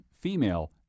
female